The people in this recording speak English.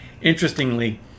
interestingly